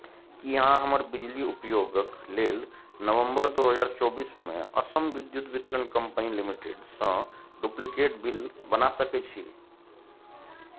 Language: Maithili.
की अहाँ हमर बिजली उपयोगक लेल नवम्बर दू हजार चौबीसमे असम विद्युत वितरण कम्पनी लिमिटेडसँ डुप्लिकेट बिल बना सकैत छी